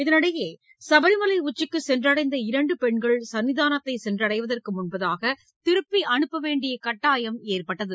இதனிடையே சபரிமலை உச்சிக்கு சென்றடைந்த இரண்டு பெண்கள் சன்னிதானத்தை சென்றடைவதற்கு முன்னதாக திரும்ப வேண்டிய கட்டாயம் ஏற்பட்டது